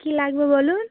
কী লাগবে বলুন